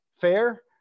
fair